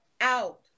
out